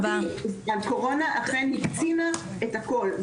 הקורונה אכן הקצינה את הכול,